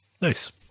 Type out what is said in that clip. Nice